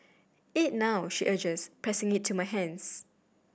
eat now she urges pressing it to my hands